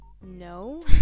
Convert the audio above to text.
no